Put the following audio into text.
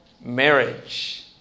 marriage